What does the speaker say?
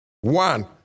one